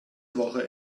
woche